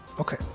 Okay